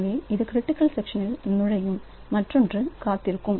எனவே அது க்ரிட்டிக்கல் செக்ஷனில் நுழையும் மற்றொன்று காத்திருக்கும்